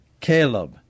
Caleb